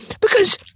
because-